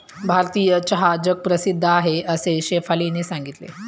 भारतीय चहा जगप्रसिद्ध आहे असे शेफालीने सांगितले